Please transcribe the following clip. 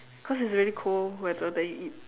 cause it's a really cold weather then you eat